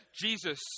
Jesus